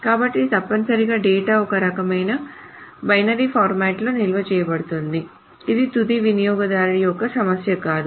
కాబట్టి తప్పనిసరిగా డేటా ఒక రకమైన బైనరీ ఫార్మాట్ లో నిల్వ చేయబడుతుంది ఇది తుది వినియోగదారు యొక్క సమస్య కాదు